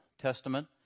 Testament